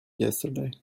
yesterday